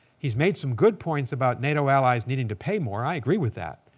he's made some good points about nato allies needing to pay more. i agree with that.